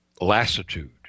lassitude